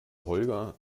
holger